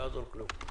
לא יעזור כלום.